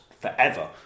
forever